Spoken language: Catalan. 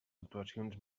actuacions